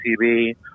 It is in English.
tv